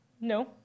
No